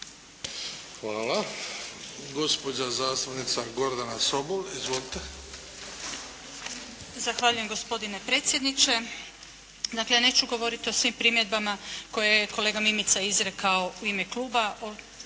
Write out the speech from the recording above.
Hvala. Gospođa zastupnica Gordana Sobol. Izvolite. **Sobol, Gordana (SDP)** Zahvaljujem gospodine predsjedniče. Dakle, neću govorit o svim primjedbama koje je kolega Mimica izrekao u ime kluba.